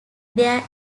their